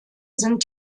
sind